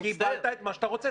קיבלת את מה שאתה רוצה.